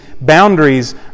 boundaries